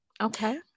Okay